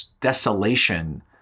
desolation